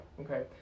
Okay